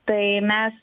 tai mes